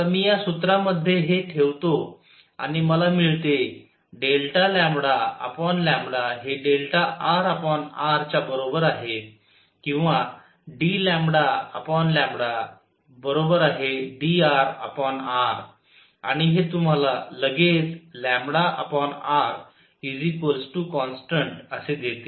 आता मी या सूत्रामध्ये हे ठेवतो आणि मला मिळते Δλ हे Δrr च्या बरोबर आहे किंवा ddrr आणि हे तुम्हाला लगेच rकॉन्स्टन्ट असे देते